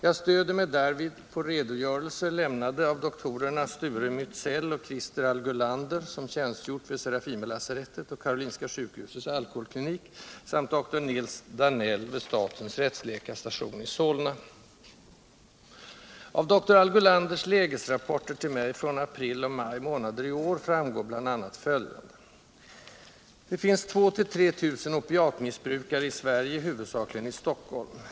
Jag stöder mig därvid på redogörelser lämnade av doktorerna Sture Mätzell och Christer Allgulander, som tjänstgjort vid Serafimerlasarettet och Karolinska sjukhusets alkoholklinik, samt doktor Nils Danell vid statens rättsläkarstation i Solna. Av doktor Allgulanders lägesrapporter till mig från april och maj månader i år framgår bl.a. följande: Det finns 2 000-3 000 opiatmissbrukare i Sverige, huvudsakligen i Stockholm.